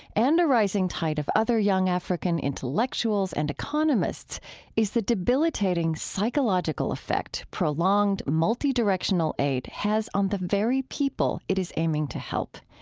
and a rising tide of other young african intellectuals and economists is the debilitating psychological effect prolonged multidirectional aid has on the very people it is aiming to help.